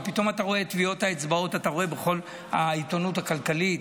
ופתאום אתה רואה את טביעות האצבעות בכל העיתונות הכלכלית.